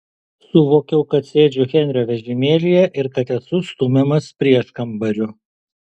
suvokiau kad sėdžiu henrio vežimėlyje ir kad esu stumiamas prieškambariu